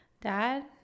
Dad